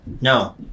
No